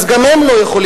אז גם הם לא יכולים,